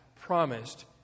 promised